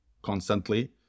constantly